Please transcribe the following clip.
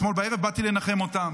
אתמול בערב באתי לנחם אותם.